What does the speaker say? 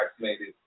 vaccinated